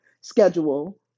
schedule